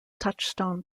touchstone